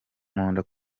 nkunda